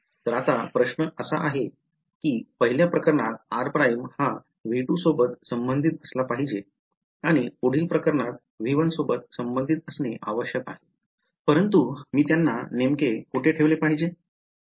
तर आता प्रश्न असा आहे की पहिल्या प्रकरणात आर प्राइम हा व्ही2 सोबत संबंधीत असला पाहिजे आणि पुढील प्रकरणात व्ही1 सोबत संबंधीत असणे आवश्यक आहे परंतु मी त्यांना नेमके कोठे ठेवले पाहिजे